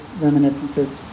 reminiscences